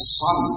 son